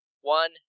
One